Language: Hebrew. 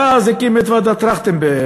ואז הקים את ועדת טרכטנברג,